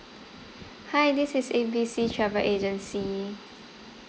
hi this is A B C travel agency